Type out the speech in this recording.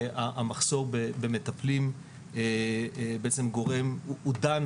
המחסור במטפלים בעצם גורם, הוא דן